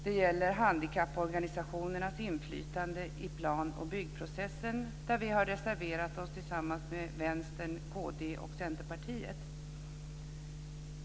Det gäller handikapporganisationernas inflytande i plan och byggprocessen, där vi har reserverat oss tillsammans med Vänstern, kd och Centerpartiet.